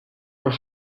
were